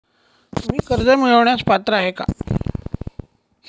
मी कर्ज मिळवण्यास पात्र आहे का?